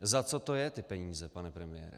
Za co to je, ty peníze, pane premiére?